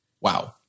Wow